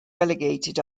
relegated